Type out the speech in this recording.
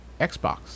Xbox